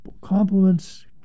compliments